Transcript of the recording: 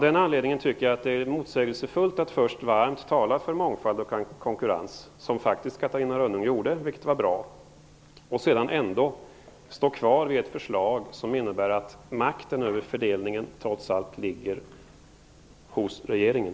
Jag tycker därför att det är motsägelsefullt att först tala vamt för mångfald och konkurrens - vilket Catarina Rönnung faktiskt gjorde, och det var bra - och sedan ändå stå fast vid ett förslag som innebär att makten över fördelningen ligger hos regeringen.